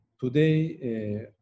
today